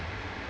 ஆமா:aamaa